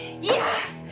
yes